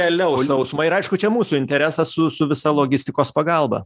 realiau sausuma ir aišku čia mūsų interesas su su visa logistikos pagalba